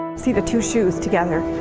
see the two shoes together,